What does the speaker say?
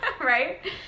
right